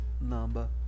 number